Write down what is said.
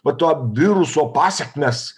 va to viruso pasekmes